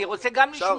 אני רוצה גם לשמעו.